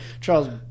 Charles